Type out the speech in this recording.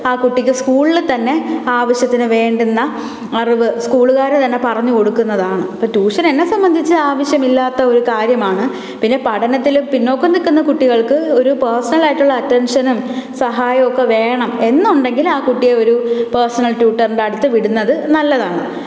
ആ കുട്ടിക്ക് സ്കൂളിൽ തന്നെ ആവശ്യത്തിന് വേണ്ടുന്ന അറിവ് സ്കൂളുകാർ തന്നെ പറഞ്ഞു കൊടുക്കുന്നതാണ് ഇപ്പം ട്യൂഷൻ എന്നെ സംബന്ധിച്ച് ആവശ്യമില്ലാത്ത ഒരു കാര്യമാണ് പിന്നെ പഠനത്തിൽ പിന്നോക്കം നിൽക്കുന്ന കുട്ടികൾക്ക് ഒരു പേഴ്സണലായിട്ടുള്ള അറ്റൻഷനും സഹായവുമൊക്കെ വേണം എന്നുണ്ടെങ്കിൽ ആ കുട്ടിയെ ഒരു പേഴ്സണൽ ട്യൂട്ടറിൻ്റെ അടുത്ത് വിടുന്നത് നല്ലതാണ്